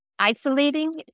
Isolating